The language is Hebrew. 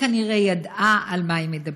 והיא כנראה ידעה על מה היא מדברת.